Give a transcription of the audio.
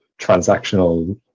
transactional